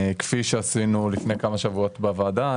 כפי שעשינו לפני כמה שבועות בוועדה.